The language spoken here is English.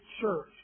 church